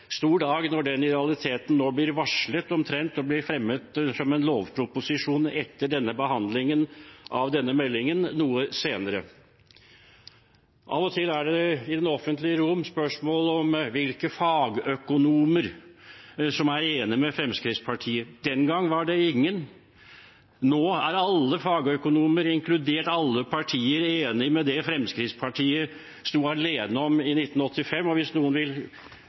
stor dag når den i realiteten nå blir varslet omtrent å bli fremmet som en lovproposisjon noe senere, etter behandlingen av denne meldingen. Av og til er det i det offentlige rom spørsmål om hvilke fagøkonomer som er enig med Fremskrittspartiet. Den gang var det ingen. Nå er alle fagøkonomer, inkludert alle partier, enig i det Fremskrittspartiet sto alene om i 1985. Hvis noen